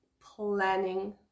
planning